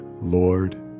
Lord